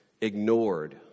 ignored